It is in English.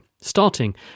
Starting